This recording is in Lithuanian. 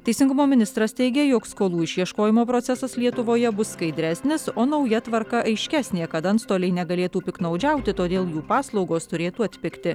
teisingumo ministras teigė jog skolų išieškojimo procesas lietuvoje bus skaidresnis o nauja tvarka aiškesnė kad antstoliai negalėtų piktnaudžiauti todėl jų paslaugos turėtų atpigti